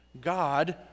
God